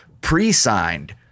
pre-signed